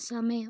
സമയം